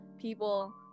People